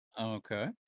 Okay